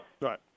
Right